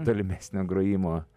tolimesnio grojimo